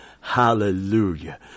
Hallelujah